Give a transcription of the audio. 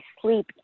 sleep